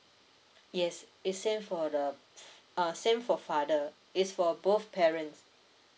yes it's same for the err same for father it's for both parents